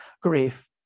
grief